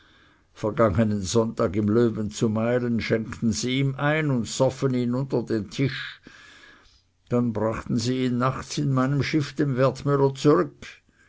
vergangenen sonntag im löwen zu meilen schenkten sie ihm ein und soffen ihn unter den tisch dann brachten sie ihn nachts in meinem schiffe dem wertmüller zurück